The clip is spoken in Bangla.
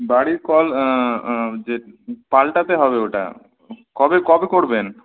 বাড়ির কল যে পাল্টাতে হবে ওটা কবে কবে করবেন